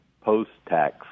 Post-tax